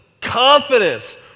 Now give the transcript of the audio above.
confidence